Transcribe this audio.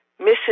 Mrs